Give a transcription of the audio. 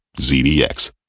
ZDX